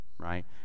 Right